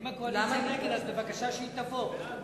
אז בבקשה שהיא תבוא.